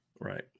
Right